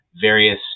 various